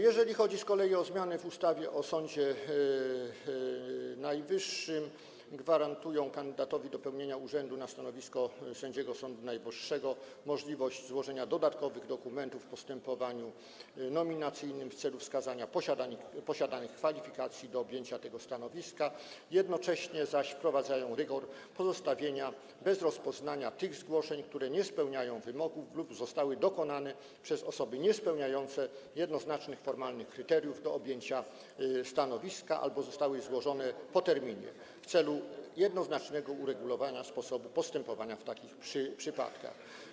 Jeżeli chodzi z kolei o zmiany w ustawie o Sądzie Najwyższym, to gwarantują kandydatowi do pełnienia urzędu na stanowisku sędziego Sądu Najwyższego możliwość złożenia dodatkowych dokumentów w postępowaniu nominacyjnym w celu wskazania posiadanych kwalifikacji do objęcia tego stanowiska, jednocześnie zaś wprowadzają rygor pozostawienia bez rozpoznania tych zgłoszeń, które nie spełniają wymogów lub zostały dokonane przez osoby niespełniające jednoznacznych formalnych kryteriów do objęcia stanowiska albo zostały złożone po terminie, w celu jednoznacznego uregulowania sposobu postępowania w takich przypadkach.